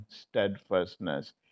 steadfastness